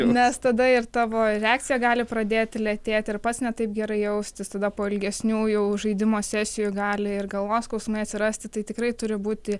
nes tada ir tavo reakcija gali pradėti lėtėti ir pats ne taip gerai jaustis tada po ilgesniųjų žaidimo sesijų gali ir galvos skausmai atsirasti tai tikrai turi būti